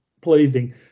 pleasing